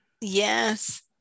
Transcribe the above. yes